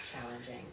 challenging